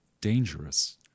dangerous